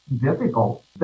difficult